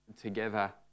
together